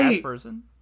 person